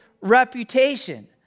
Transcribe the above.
reputation